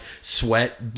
sweat